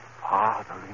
Father